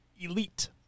Elite